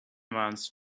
mans